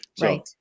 right